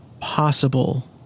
possible